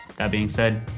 that being said,